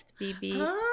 bb